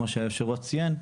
כמו שהיושב-ראש ציין,